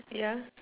yeah